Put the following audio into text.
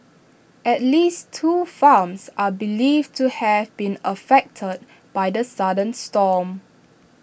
at least two farms are believed to have been affected by the sudden storm